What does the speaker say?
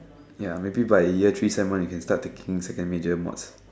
ya maybe but in year three seem one you can start taking second major in what's